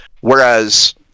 Whereas